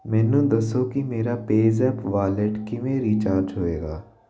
ਮੈਨੂੰ ਦੱਸੋ ਕਿ ਮੇਰਾ ਪੇਜ਼ੈਪ ਵਾਲਿਟ ਕਿਵੇਂ ਰਿਚਾਰਜ ਹੋਏਗਾ